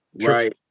right